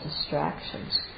distractions